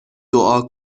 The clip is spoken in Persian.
دعا